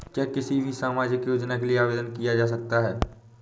क्या किसी भी सामाजिक योजना के लिए आवेदन किया जा सकता है?